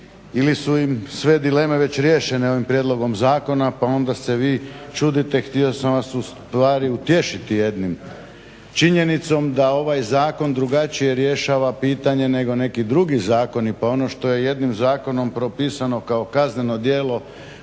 ili su im sve dileme već riješene ovim prijedlogom zakona, pa onda se vi čudite htio sam vas u stvari utješiti jednom činjenicom da ovaj zakon drugačije rješava pitanje nego neki dugi zakoni. Pa ono što je jednim zakonom propisano kao kazneno djelo